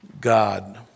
God